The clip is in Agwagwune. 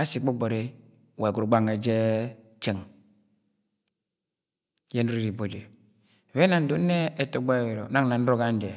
ashi gbọgbọri wa ẹggot ugbang nwe je jẹng yẹ nọrọ iri ibo je be ena ndod nnẹ etogbo ayọrọ nang na noro gang jẹ